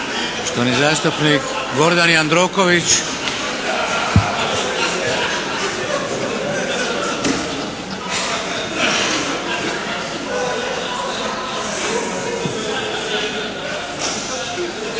poštovani zastupnik Gordan Jandroković.